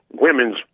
women's